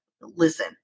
Listen